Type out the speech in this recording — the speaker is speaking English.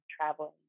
traveling